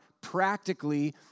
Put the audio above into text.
practically